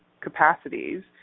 capacities